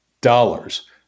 dollars